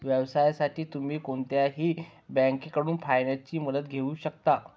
व्यवसायासाठी तुम्ही कोणत्याही बँकेकडून फायनान्सची मदत घेऊ शकता